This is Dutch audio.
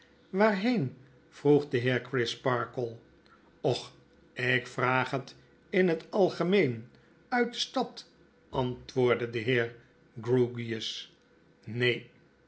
waarheenp vroeg de heer crisparkle och ik vraag het in het algemeen uit de stad antwoordde de heer grewgious neen